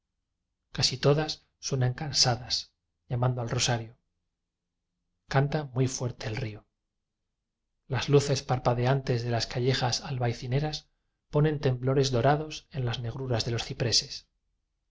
casi todas suenan cansadas llamando al rosario canta muy fuerte el río las luces parpadeantes de las calle jas albaycineras ponen temblores dorados en las negruras de los cipreces